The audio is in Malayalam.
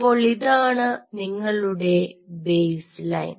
അപ്പോൾ ഇതാണ് നിങ്ങളുടെ ബേസ്ലൈൻ